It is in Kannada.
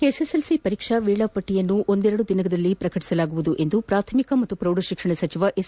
ಎಸ್ಎಸ್ಎಲ್ಸಿ ಪರೀಕ್ಷಾ ವೇಳಾಪಟ್ಟಿಯನ್ನು ಒಂದೆರೆಡು ದಿನದಲ್ಲಿ ಪ್ರಕಟಿಸಲಾಗುವುದು ಎಂದು ಪ್ರಾಥಮಿಕ ಮತ್ತು ಪೌಢಶಿಕ್ಷಣ ಸಚಿವ ಎಸ್